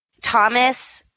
Thomas